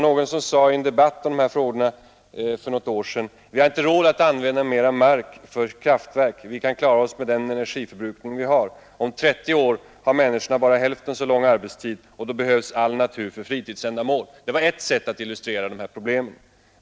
Någon sade i en debatt för några år sedan ”att vi inte har råd att använda mera mark för kraftverk. Vi kan klara oss med den energiförbrukning vi har. Om 30 år har människorna bara hälften så lång arbetstid, och då behövs all natur för fritidsändamål.” Det var ett sätt att illustrera problemet.